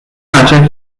matter